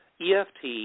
EFT